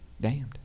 damned